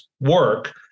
work